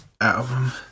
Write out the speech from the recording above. album